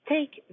Take